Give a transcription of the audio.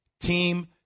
team